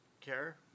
care